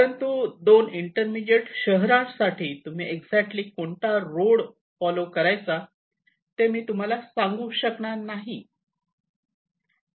परंतु दोन इंटरमीडियट शहरांसाठी तुम्ही एक्जेक्टली कोणता रोड फॉलो करायचा ते मी तुम्हाला सांगू शकणार नाही